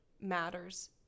matters